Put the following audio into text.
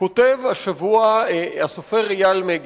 כותב השבוע הסופר אייל מגד,